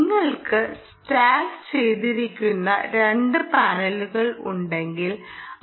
നിങ്ങൾക്ക് സ്റ്റോക്ക് ചെയ്തിരിക്കുന്ന രണ്ട് പാനലുകൾ ഉണ്ടെങ്കിൽ അത് 0